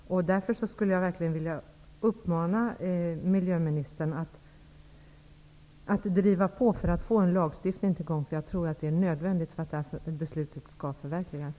Därför skulle jag verkligen vilja uppmana miljöministern att driva på för att få i gång en lagstiftning. Jag tror att det är nödvändigt för att beslutet skall kunna förverkligas.